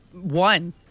one